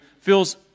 feels